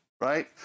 right